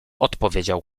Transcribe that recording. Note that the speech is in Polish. odpowiedział